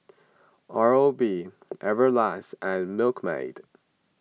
Oral B Everlast and Milkmaid